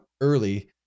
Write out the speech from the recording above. early